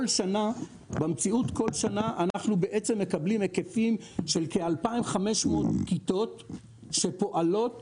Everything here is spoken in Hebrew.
שנה אנחנו מקבלים היקפים של כ-2,500 כיתות שפועלות